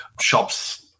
shops